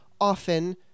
often